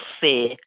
fear –